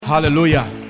hallelujah